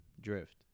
drift